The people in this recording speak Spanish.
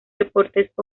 reportes